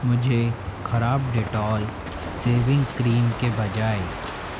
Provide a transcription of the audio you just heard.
मुझे खराब Dettol shaving cream के बजाय